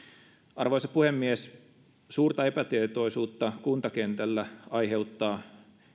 arvoisa puhemies suurta epätietoisuutta kuntakentällä aiheuttaa